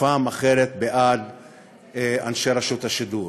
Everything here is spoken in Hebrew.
ופעם אחרת בעד אנשי רשות השידור.